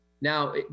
Now